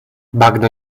bagno